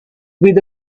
with